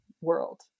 world